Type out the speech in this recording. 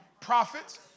prophets